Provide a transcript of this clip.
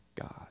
God